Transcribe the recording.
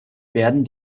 werden